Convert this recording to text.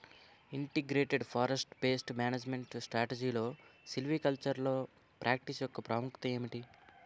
Integrated forest pest management స్ట్రాటజీలో silvicultural practice యెక్క ప్రాముఖ్యత ఏమిటి??